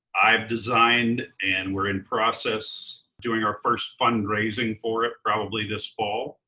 i've designed and we're in process doing our first fundraising for it, probably this fall.